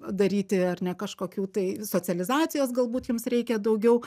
daryti ar ne kažkokių tai socializacijos galbūt jums reikia daugiau